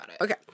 Okay